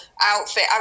outfit